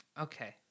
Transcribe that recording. Okay